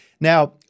now